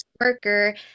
worker